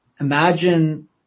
imagine